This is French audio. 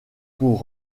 pour